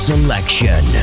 Selection